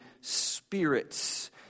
spirits